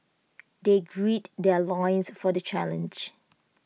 they gird their loins for the challenge